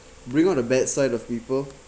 bring out the bad side of people